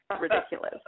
ridiculous